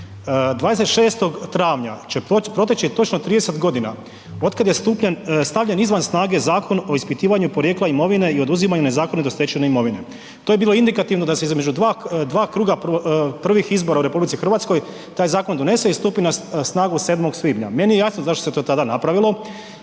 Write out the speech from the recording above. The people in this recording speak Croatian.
26. travnja će proteći točno 30.g. otkad je stavljen izvan snage Zakon o ispitivanju porijekla imovine i oduzimanju nezakonito stečene imovine, to je bilo indikativno da se između 2 kruga prvih izbora u RH taj zakon donese i stupi na snagu 7. svibnja, meni je jasno zašto se to tada napravilo